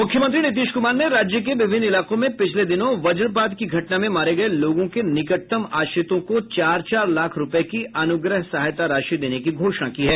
मुख्यमंत्री नीतीश कुमार ने राज्य के विभिन्न इलाकों में पिछले दिनों वज्रपात की घटना में मारे गये लोगों के निकटतम आश्रितों को चार चार लाख रूपये की अनुग्रह सहायता राशि देने की घोषणा की है